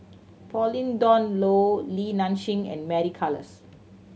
Pauline Dawn Loh Li Nanxing and Mary Klass